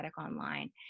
online